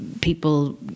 people